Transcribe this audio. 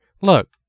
Look